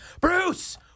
Bruce